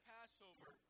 Passover